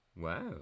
Wow